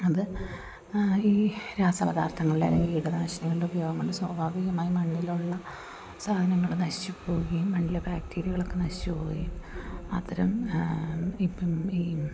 അത് ഈ രാസപദാർത്ഥങ്ങളുടെ അല്ലെങ്കിൽ കീടനാശിനികളുടെ ഉപയോഗം കൊണ്ട് സ്വാഭാവികമായി മണ്ണിലുള്ള സാധനങ്ങൾ നശിച്ചു പോവുകയും മണ്ണിലെ ബാക്ടീരിയകളൊക്കെ നശിച്ചുപോവുകയും അത്തരം ഇപ്പം ഈ